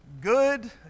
Good